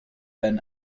been